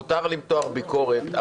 מותר למתוח ביקורת,